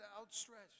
outstretched